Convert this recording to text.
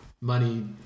money